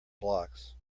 blocks